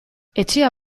etxea